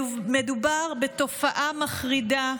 מדובר בתופעה מחרידה,